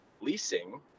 leasing